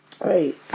Right